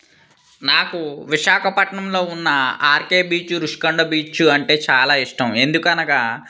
నాకు విశాఖపట్నంలో ఉన్న ఆర్కే బీచ్ రిషికొండ బీచ్ అంటే చాలా ఇష్టం ఎందుకనగా